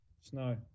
Snow